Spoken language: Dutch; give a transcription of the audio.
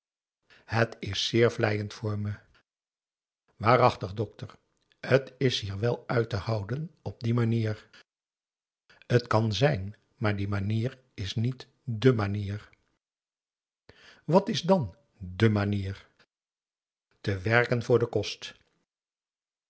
het is zeer vleiend voor me waarachtig dokter t is hier wel uit te houden op die manier t kan zijn maar die manier is niet d e manier wat is dan d e manier te werken voor den kost